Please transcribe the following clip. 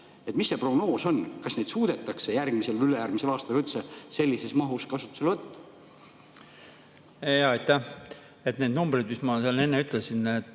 mis see prognoos on? Kas neid suudetakse järgmisel või ülejärgmisel aastal üldse sellises mahus kasutusele võtta? Aitäh! Need numbrid, mis ma enne ütlesin, et